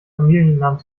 familiennamen